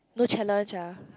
no challenge ah